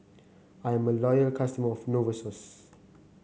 I'm a loyal customer of Novosource